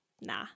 nah